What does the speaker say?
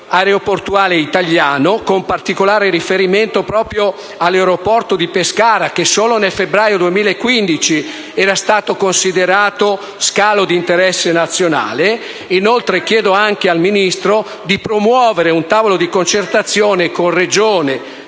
aeroportuale italiano, con particolare riferimento proprio all'aeroporto di Pescara, che solo nel febbraio 2015 era stato considerato come scalo di interesse nazionale. Inoltre, chiedo al Ministro di promuovere un tavolo di concertazione con la Regione,